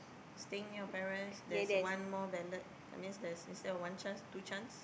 staying near your parents there is one more ballot that means there's instead of one chance two chance